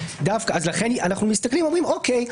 לכן אנחנו מסתכלים ואומרים אוקיי,